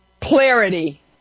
clarity